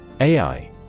AI